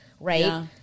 right